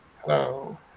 Hello